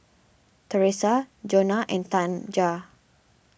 Teresa Jonna and Tanja